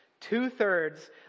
Two-thirds